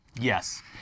Yes